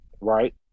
right